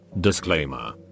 Disclaimer